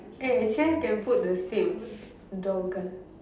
eh next time can put the same door girl